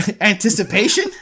Anticipation